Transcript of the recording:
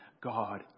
God